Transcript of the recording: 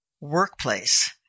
workplace